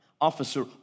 officer